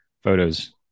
photos